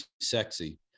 sexy